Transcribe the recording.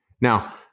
Now